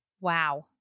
Wow